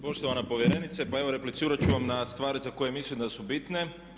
Poštovan povjerenice pa evo replicirati ću vam na stvari za koje mislim da su bitne.